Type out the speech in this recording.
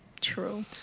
True